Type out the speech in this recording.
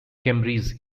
cambridge